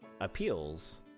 appeals